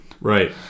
right